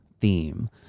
theme